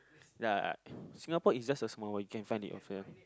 ya Singapore is just a small world you can find it yourself